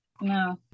No